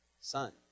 son